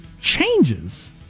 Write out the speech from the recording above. changes